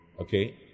Okay